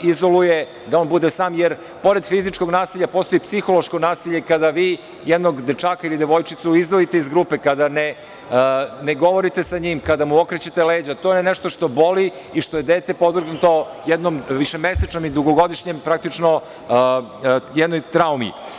izoluje, da on bude sam, jer pored fizičkog nasilja postoji i psihološko nasilje kada vi jednog dečaka ili devojčicu izdvojite iz grupe, kada ne govorite sa njim, kada mu okrećete leđa, to je nešto što boli i što je dete podvrgnuto jednom višemesečnom i dugogodišnjoj, praktično, jednoj traumi.